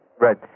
right